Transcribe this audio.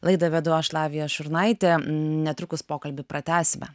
laidą vedu aš lavija šurnaitė netrukus pokalbį pratęsime